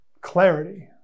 clarity